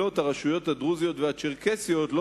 הרשויות הדרוזיות והצ'רקסיות מקבלות לא